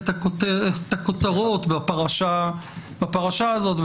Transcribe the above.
הכותרות בפרשה הזאת,